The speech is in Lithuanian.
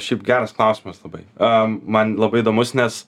šiaip geras klausimas labai a man labai įdomus nes